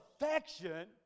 affection